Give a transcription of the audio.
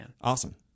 Awesome